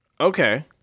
Okay